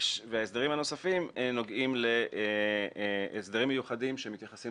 ההסדרים הנוספים נוגעים להסדרים מיוחדים שמתייחסים